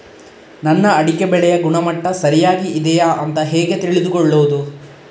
ನನ್ನ ಅಡಿಕೆ ಬೆಳೆಯ ಗುಣಮಟ್ಟ ಸರಿಯಾಗಿ ಇದೆಯಾ ಅಂತ ಹೇಗೆ ತಿಳಿದುಕೊಳ್ಳುವುದು?